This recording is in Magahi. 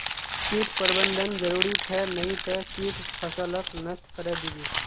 कीट प्रबंधन जरूरी छ नई त कीट फसलक नष्ट करे दीबे